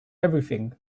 everything